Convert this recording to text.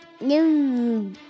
No